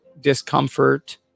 discomfort